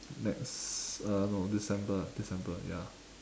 next uh no december december ya